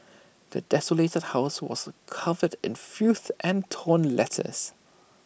the desolated house was covered in filth and torn letters